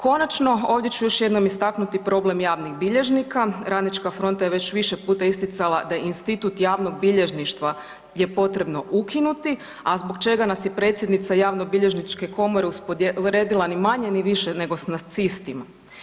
Konačno, ovdje ću još jedno istaknuti problem javnih bilježnika, Radnička fronta je već više puta isticala da institut javnog bilježništva je potrebno ukinuti, a zbog čega nas je predsjednica javnobilježničke komore usporedila ni manje ni više nego s nacistima.